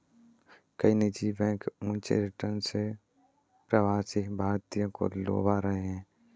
कई निजी बैंक ऊंचे रिटर्न से प्रवासी भारतीयों को लुभा रहे हैं